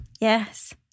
Yes